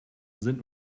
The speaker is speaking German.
sind